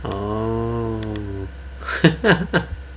orh